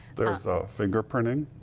there's fingerprinting.